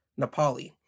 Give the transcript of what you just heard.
Nepali